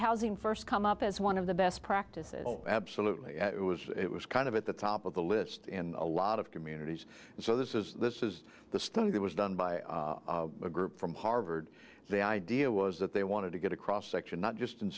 housing first come up as one of the best practices absolutely it was it was kind of at the top of the list in a lot of communities and so this is this is the study that was done by a group from harvard the idea was that they wanted to get a cross section not just in